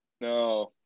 No